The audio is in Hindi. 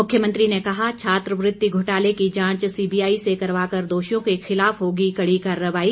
मुख्यमंत्री ने कहा छात्रवृति घोटाले की जांच सीबीआई से करवाकर दोषियों के खिलाफ होगी कड़ी कार्रवाई